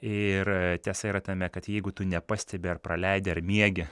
ir tiesa yra tame kad jeigu tu nepastebi ar praleidi ar miegi